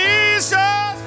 Jesus